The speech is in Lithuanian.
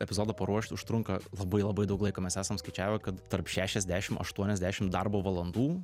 epizodą paruošt užtrunka labai labai daug laiko mes esam skaičiavę kad tarp šešiasdešim aštuoniasdešim darbo valandų